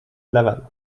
laval